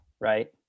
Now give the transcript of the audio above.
right